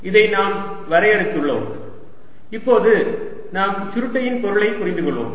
எனவே இதை நாம் வரையறுத்துள்ளோம் இப்போது நாம் சுருட்டையின் பொருளைப் புரிந்து கொள்வோம்